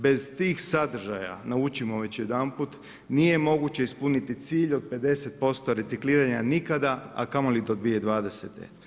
Bez tih sadržaja naučimo već jedanput, nije moguće ispuniti cilj od 50% recikliranja nikada, a kamoli do 2020.